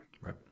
Right